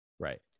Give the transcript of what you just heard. Right